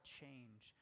change